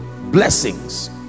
blessings